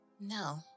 No